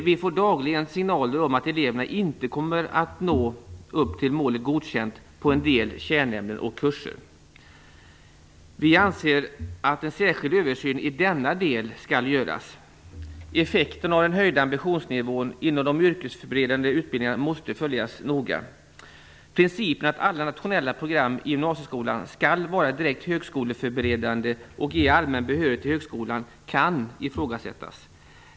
Vi får dagligen signaler om att eleverna inte kommer att nå upp till målet godkänt i en del kärnämnen och på en del kurser. Vi anser att en särskild översyn i denna del skall göras. Effekten av den höjda ambitionsnivån inom de yrkesförberedande utbildningarna måste följas noga. Principen att alla nationella program i gymnasieskolan skall vara direkt högskoleförberedande och ge allmän behörighet till högskolan kan ifrågasättas.